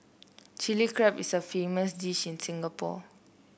Chilli Crab is a famous dish in Singapore